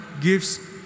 gives